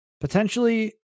potentially